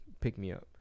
pick-me-up